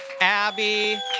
Abby